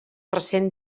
recent